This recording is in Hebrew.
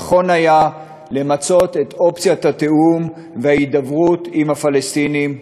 נכון היה למצות את אופציית התיאום וההידברות עם הפלסטינים,